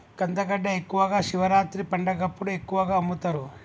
కందగడ్డ ఎక్కువగా శివరాత్రి పండగప్పుడు ఎక్కువగా అమ్ముతరు